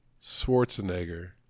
Schwarzenegger